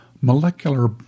molecular